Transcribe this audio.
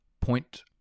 point